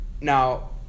Now